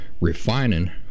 refining